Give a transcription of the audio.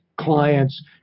clients